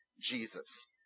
Jesus